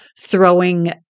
throwing